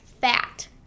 fat